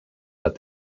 that